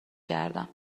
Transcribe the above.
کردم